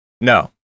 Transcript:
no